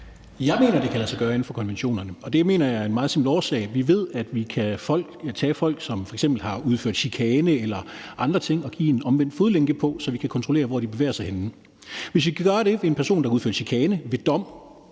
Jeg mener, at det kan lade sig gøre inden for konventionerne, og det mener jeg af en meget simpel årsag. Vi ved, at vi kan tage folk, som f.eks. har udført chikane eller andre ting, og give dem en omvendt fodlænke på, så vi kan kontrollere, hvor de bevæger sig henne. Hvis vi kan gøre det ved en person, der har udført chikane,